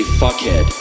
fuckhead